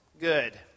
good